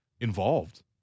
involved